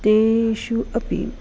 तेषु अपि